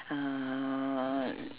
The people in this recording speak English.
uh